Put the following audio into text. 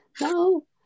No